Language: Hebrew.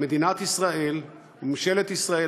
מדינת ישראל וממשלת ישראל,